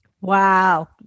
Wow